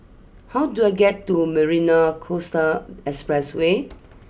how do I get to Marina Coastal Expressway